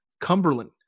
Cumberland